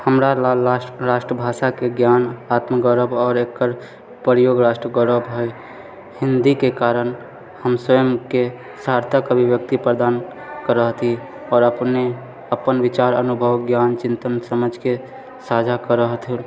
हमरालऽ राष्ट्र राष्ट्रभाषाके ज्ञान आत्मगौरव आओर एकर प्रयोग राष्ट्र गौरव हय हिन्दीके कारण हम स्वयंके सार्थक अभिव्यक्ति प्रदान करऽ हथि आओर अपने अपन विचार अनुभव ज्ञान चिन्तन समझके साझा करय हथिन